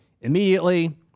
Immediately